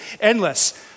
endless